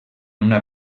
una